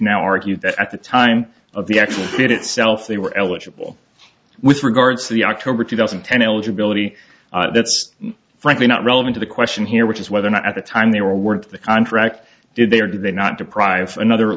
now argue that at the time of the action itself they were eligible with regards to the october two thousand and ten eligibility that's frankly not relevant to the question here which is whether or not at the time they were worth the contract did they are they not deprive another